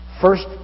First